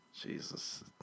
Jesus